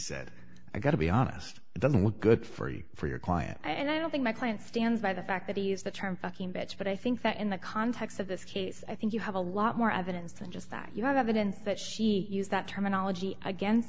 said i got to be honest it doesn't look good for you for your client and i don't think my client stands by the fact that he used the term fucking bets but i think that in the context of this case i think you have a lot more evidence than just that you have evidence that she used that terminology against